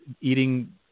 eating